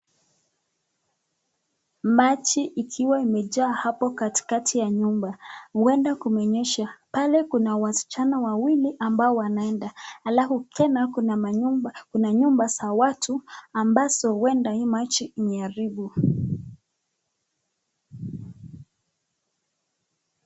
Maji ikiwa imejaa hapo katikati ya nyumba huenda kumenyesha pale kuna wasichana wawili ambao wanaenda alafu tena kuna nyumba za watu ambazo huenda hii maji imeharibu.